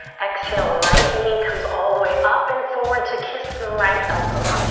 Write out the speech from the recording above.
exhale, right knee comes all the way up and forward to kiss the right elbow.